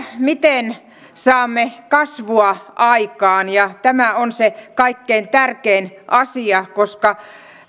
miten saamme kasvua aikaan ja tämä on se kaikkein tärkein asia koska